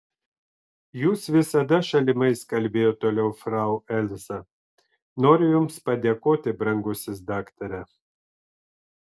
jūs visada šalimais kalbėjo toliau frau elza noriu jums padėkoti brangusis daktare